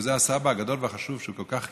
וזה הסבא הגדול והחשוב שהוא כל כך כיבד,